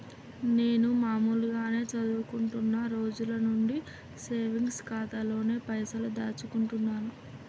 నేను మామూలుగానే చదువుకుంటున్న రోజుల నుంచి సేవింగ్స్ ఖాతాలోనే పైసలు దాచుకుంటున్నాను